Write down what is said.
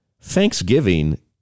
Thanksgiving